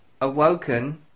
awoken